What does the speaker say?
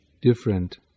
different